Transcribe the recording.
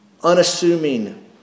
unassuming